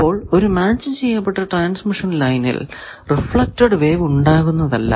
അപ്പോൾ ഒരു മാച്ച് ചെയ്യപ്പെട്ട ട്രാൻസ്മിഷൻ ലൈനിൽ റിഫ്ലെക്ടഡ് വേവ് ഉണ്ടാകുന്നതല്ല